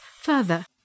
further